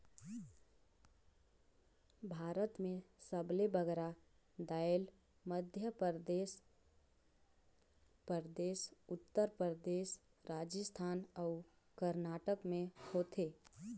भारत में सबले बगरा दाएल मध्यपरदेस परदेस, उत्तर परदेस, राजिस्थान अउ करनाटक में होथे